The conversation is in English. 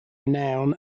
renown